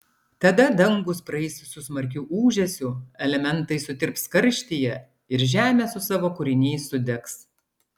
tada dangūs praeis su smarkiu ūžesiu elementai sutirps karštyje ir žemė su savo kūriniais sudegs